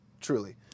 truly